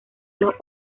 los